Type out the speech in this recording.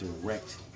direct